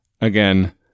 Again